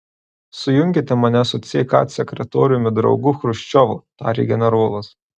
sujunkite mane su ck sekretoriumi draugu chruščiovu tarė generolas